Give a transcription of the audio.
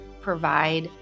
provide